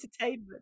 entertainment